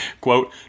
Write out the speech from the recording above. quote